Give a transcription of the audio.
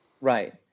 Right